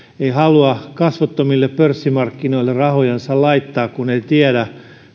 ei halua kasvottomille pörssimarkkinoille rahojansa laittaa kun ei tiedä